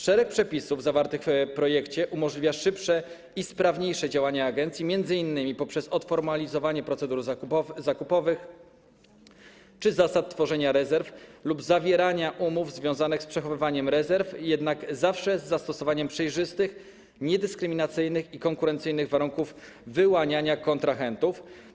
Szereg przepisów zawartych w projekcie umożliwia szybsze i sprawniejsze działania agencji, m.in. poprzez odformalizowanie procedur zakupowych czy zasad tworzenia rezerw lub zawierania umów związanych z przechowywaniem rezerw, jednak zawsze z zastosowaniem przejrzystych, niedyskryminacyjnych i konkurencyjnych warunków wyłaniania kontrahentów.